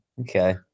okay